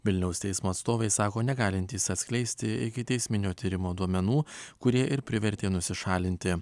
vilniaus teismo atstovai sako negalintys atskleisti ikiteisminio tyrimo duomenų kurie ir privertė nusišalinti